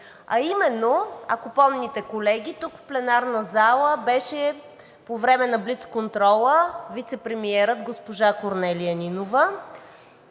а именно, ако помните, колеги, тук в пленарната зала беше по време на блицконтрола вицепремиерът госпожа Корнелия Нинова.